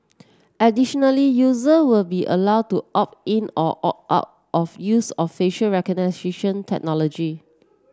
additionally user will be allow to opt in or opt out of use of facial recognition technology